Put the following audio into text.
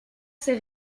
ces